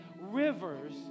rivers